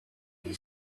you